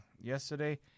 yesterday